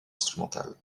instrumentale